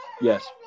Yes